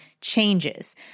changes